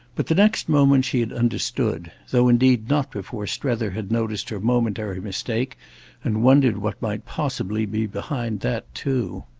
but the next moment she had understood though indeed not before strether had noticed her momentary mistake and wondered what might possibly be behind that too.